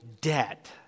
debt